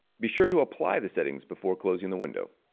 be sure to apply the settings before closing the window.